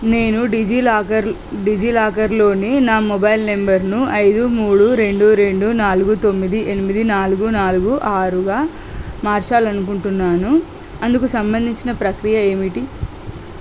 నేను డిజిలాకర్ డిజిలాకర్లోని నా మొబైల్ నంబర్ను ఐదు మూడు రెండు రెండు నాలుగు తొమ్మిది ఎనిమిది నాలుగు నాలుగు ఆరుగా మార్చాలని అనుకుంటున్నాను అందుకు సంబంధించిన ప్రక్రియ ఏమిటి